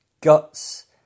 Guts